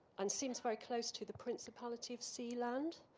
and seems very close to the prince of palliative see land,